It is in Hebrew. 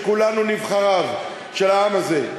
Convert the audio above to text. וכולנו נבחריו של העם הזה,